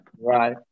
right